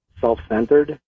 self-centered